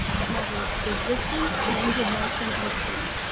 that measures resistance, range of motion and speed,